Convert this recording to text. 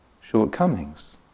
shortcomings